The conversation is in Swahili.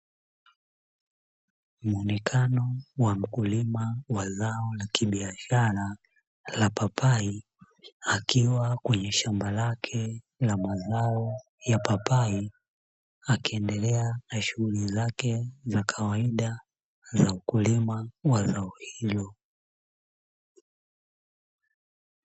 Muonekano wa mkulima wa zao la kibiashara la papai akiwa kwenye shamba lake la mazao ya papai akiendelea na shughuli zake na kawaida ya wakulima wa zao hilo.